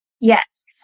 Yes